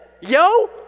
yo